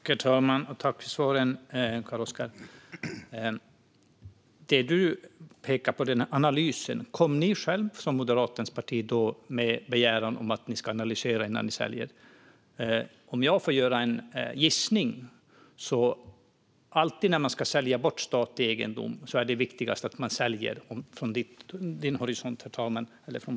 Herr talman! Tack för svaren, Carl-Oskar Bohlin! När det gäller den analys du pekar på undrar jag om Moderaterna som parti kom med en begäran om att detta skulle analyseras innan man sålde. Om jag får gissa är det vid försäljning av statlig egendom nämligen alltid viktigast för Moderaterna att man säljer.